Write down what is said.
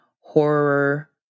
horror